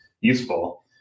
useful